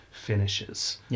finishes